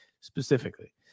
specifically